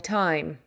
time